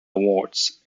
awards